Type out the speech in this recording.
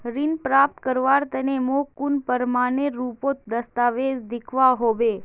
ऋण प्राप्त करवार तने मोक कुन प्रमाणएर रुपोत दस्तावेज दिखवा होबे?